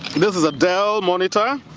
this is a dell monitor,